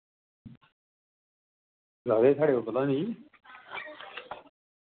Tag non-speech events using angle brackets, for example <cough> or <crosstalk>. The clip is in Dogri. <unintelligible>